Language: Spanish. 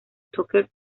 tucker